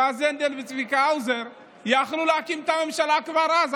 יועז הנדל וצביקה האוזר יכלו להקים את הממשלה כבר אז.